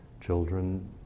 Children